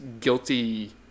guilty